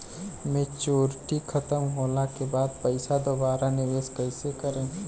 Maturity खतम होला के बाद पईसा दोबारा निवेश कइसे करेम?